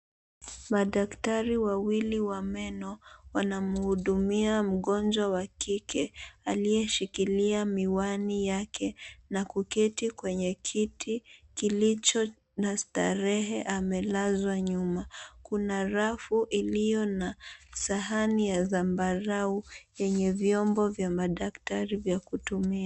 Madaktari wawili wa meno wanamhudumia mgonjwa wa kike aliyeshikilia miwani yake na kuketi kwenye kiti kilicho na starehe, amelazwa nyuma, kuna rafu iliyo na sahani ya zambarau yenye vyombo vya madaktari vya kutumia.